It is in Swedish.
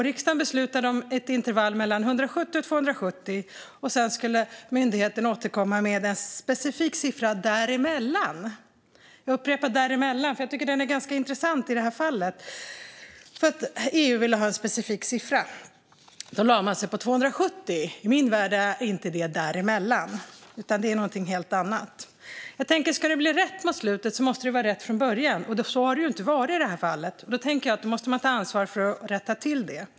Riksdagen beslutade om ett intervall mellan 170 och 270, och sedan skulle myndigheten återkomma med en specifik siffra däremellan. Det är intressant. Då lade man sig på 270. I min värld är detta inte däremellan utan något helt annat. Om det ska blir rätt mot slutet måste det vara rätt från början, och så har det inte varit i det här fallet. Då tänker jag att man måste ta ansvar för att rätta till det.